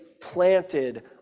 planted